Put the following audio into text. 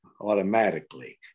automatically